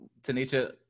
Tanisha